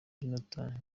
jonathan